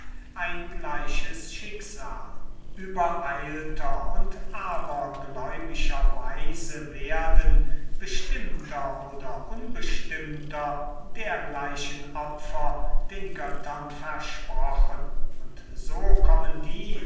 ein gleiches schicksal übereilter und abergläubischer weise werden bestimmter oder unbestimmter dergleichen opfer den göttern versprochen und so kommen die